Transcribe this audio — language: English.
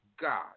God